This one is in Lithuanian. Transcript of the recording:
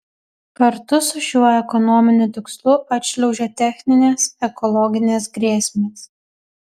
kartu su šiuo ekonominiu tikslu atšliaužia techninės ekologinės grėsmės